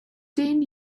ten